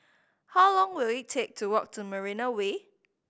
how long will it take to walk to Marina Way